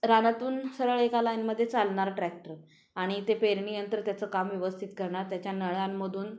रानातून सरळ एका लाईनमध्ये चालणार ट्रॅक्टर आणि ते पेरणीयंत्र त्याचं काम व्यवस्थित करणार त्याच्या नळ्यांमधून